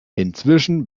inzwischen